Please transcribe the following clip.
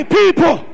people